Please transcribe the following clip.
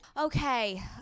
Okay